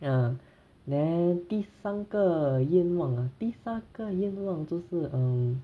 ya then 第三个愿望啊第三个愿望就是 um